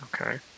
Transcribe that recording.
Okay